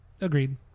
Agreed